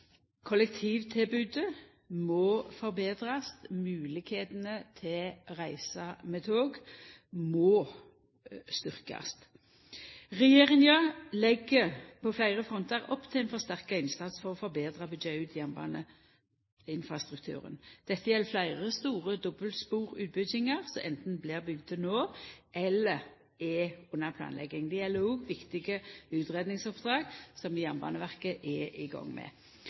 Kollektivtilbodet må betrast, og moglegheitene til å reisa med tog må styrkjast. Regjeringa legg på fleire frontar opp til ein forsterka innsats for å forbetra og å byggja ut jernbaneinfrastrukturen. Dette gjeld fleire store dobbeltsporutbyggingar, som anten blir bygde no, eller er under planlegging. Det gjeld òg viktige utgreiingsoppdrag som Jernbaneverket er i gang med.